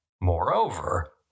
moreover